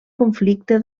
conflicte